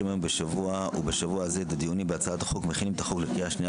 היום ובשבוע הזה את הדיונים בהצעת החוק ומכינים את החוק לקריאה שנייה